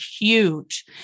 huge